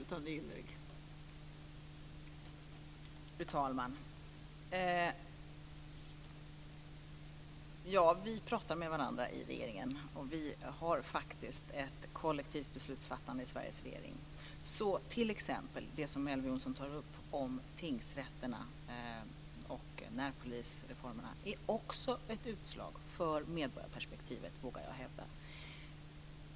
Fru talman! Vi talar med varandra i regeringen, och vi har ett kollektivt beslutsfattande i Sveriges regering. Det gäller t.ex. det som Elver Jonsson tar upp om tingsrätterna och närpolisreformerna. Det är också ett utslag för medborgarperspektivet, vågar jag hävda.